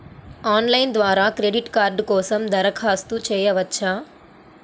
Online ద్వారా credit card కోసం దరఖాస్తు చేయవచ్చా?